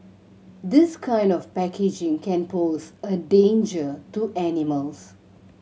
this kind of packaging can pose a danger to animals